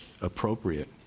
appropriate